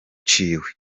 ciwe